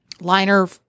liner